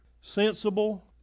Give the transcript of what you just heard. sensible